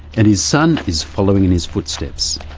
and his son is following in his footsteps.